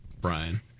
Brian